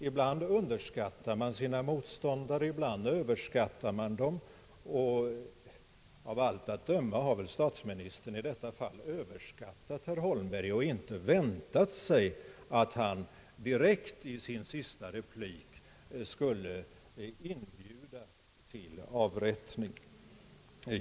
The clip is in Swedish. Ibland underskattar och ibland överskattar man sina motståndare av allt att döma har statsministern i detta fall överskattat herr Holmberg och inte väntat sig att han i sin sista replik skulle direkt inbjuda till avrättning.